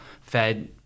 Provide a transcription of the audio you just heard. Fed